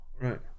right